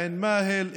עין מאהל,